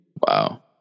Wow